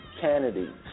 Kennedy